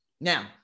Now